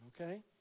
okay